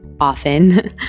often